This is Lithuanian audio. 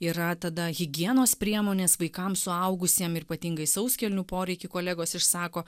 yra tada higienos priemonės vaikams suaugusiem ir ypatingai sauskelnių poreikį kolegos išsako